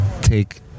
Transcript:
take